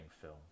film